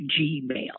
Gmail